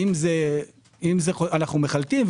אנו מחלטים,